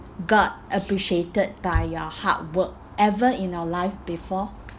got appreciated by your hard work ever in your life before